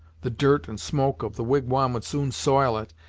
the dirt and smoke of the wigwam would soon soil it,